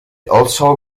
also